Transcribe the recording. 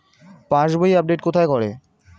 পাসবই update কোথায় করে?